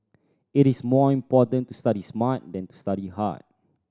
it is more important to study smart than to study hard